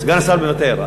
סגן השר מוותר.